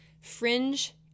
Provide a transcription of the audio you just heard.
fringe